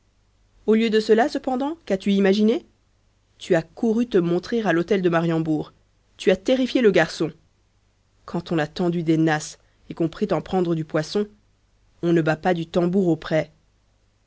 au lieu de cela cependant qu'as-tu imaginé tu as couru te montrer à l'hôtel de mariembourg tu as terrifié le garçon quand on a tendu des nasses et qu'on prétend prendre du poisson on ne bat pas du tambour auprès